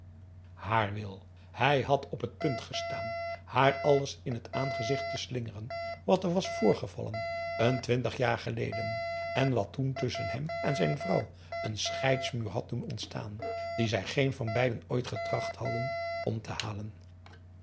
haar wil hij had op het punt gestaan haar alles in het aangezicht te slingeren wat er was voorgevallen n twintig jaar geleden en wat toen tusschen hem en zijn vrouw een scheidsmuur had doen ontstaan die zij geen van beiden ooit getracht hadden om te halen